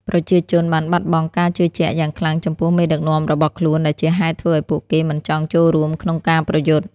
ប្រជាជនបានបាត់បង់ការជឿជាក់យ៉ាងខ្លាំងចំពោះមេដឹកនាំរបស់ខ្លួន ដែលជាហេតុធ្វើឲ្យពួកគេមិនចង់ចូលរួមក្នុងការប្រយុទ្ធ។